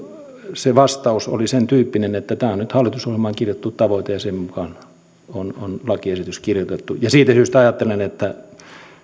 se vastaus oli sentyyppinen että tämä on nyt hallitusohjelmaan kirjattu tavoite ja sen mukaan on lakiesitys kirjoitettu siitä syystä ajattelen että